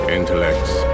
intellects